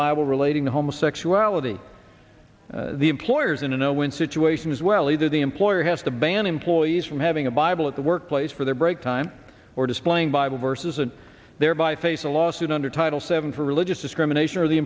bible relating to homosexuality the employers in a no win situation as well either the employer has to ban employees from having a bible at the workplace for their break time or displaying bible verses and thereby face a lawsuit under title seven for religious discrimination or the